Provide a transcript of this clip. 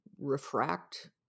refract